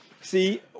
See